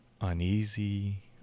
Uneasy